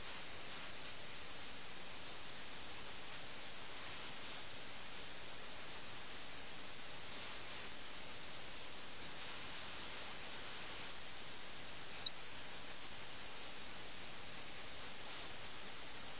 എത്രമാത്രം മുഴുകിയിരിക്കുന്നു എന്നുവെച്ചാൽ യാചകർക്ക് ഭിക്ഷയായി പണം ലഭിക്കുകയാണെങ്കിൽ അവർ അത് റൊട്ടി വാങ്ങിക്കുന്നതിന് പകരം ഒപ്പിയം വാങ്ങിക്കുന്നതിന് വേണ്ടി ചെലവഴിക്കാൻ ഇഷ്ടപ്പെടുന്നു